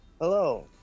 Hello